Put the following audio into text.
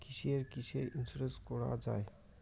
কিসের কিসের ইন্সুরেন্স করা যায়?